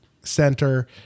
Center